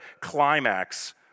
climax